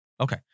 Okay